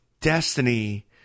destiny